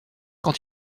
quand